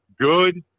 good